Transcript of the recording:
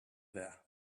there